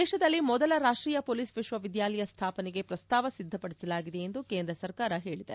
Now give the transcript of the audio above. ದೇಶದಲ್ಲಿ ಮೊದಲ ರಾಷ್ಟೀಯ ಪೊಲೀಸ್ ವಿಶ್ವವಿದ್ಯಾಲಯ ಸ್ಥಾಪನೆಗೆ ಪ್ರಸ್ತಾವ ಸಿದ್ದಪಡಿಸಲಾಗಿದೆ ಎಂದು ಕೇಂದ್ರ ಸರ್ಕಾರ ಹೇಳಿದೆ